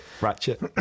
Ratchet